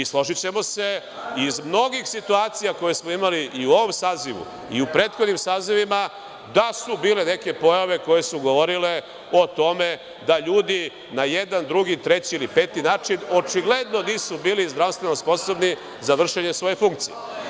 Složićemo se, iz mnogih situacija koje smo imali i u ovom sazivu i u prethodnim sazivima, da su bile neke pojave koje su govorile o tome da ljudi na jedan, drugi, treći ili peti način, očigledno nisu bili zdravstveno sposobni za vršenje svoje funkcije.